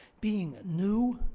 being new,